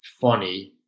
funny